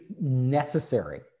necessary